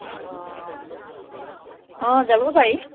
অঁ অঁ যাব পাৰি